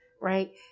right